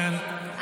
בגלל שיגיונות שלך.